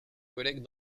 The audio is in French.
collègue